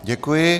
Děkuji.